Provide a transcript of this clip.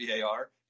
VAR